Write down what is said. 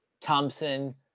thompson